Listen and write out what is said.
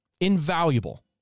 Invaluable